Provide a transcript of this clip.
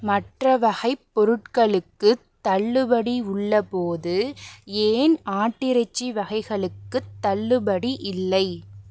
மற்ற வகைப் பொருட்களுக்குத் தள்ளுபடி உள்ளபோது ஏன் ஆட்டிறைச்சி வகைகளுக்குத் தள்ளுபடி இல்லை